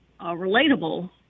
relatable